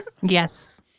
Yes